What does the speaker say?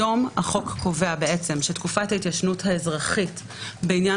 היום החוק קובע שתקופת ההתיישנות האזרחית בעניין